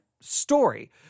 story